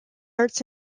arts